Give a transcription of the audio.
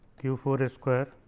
q four a square